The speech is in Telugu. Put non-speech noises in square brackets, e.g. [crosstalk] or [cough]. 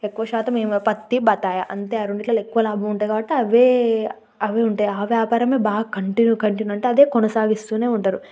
ఎక్కువ శాతం [unintelligible] పత్తి బత్తాయ అంతే ఆ రెండిట్లలో ఎక్కువ లాభం ఉంటాయి కాబట్టి అవే అవే ఉంటాయి ఆ వ్యాపారమే బాగా కంటిన్యూ కంటిన్యూ ఉంటే అదే కొనసాగిస్తూనే ఉంటారు